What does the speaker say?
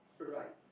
right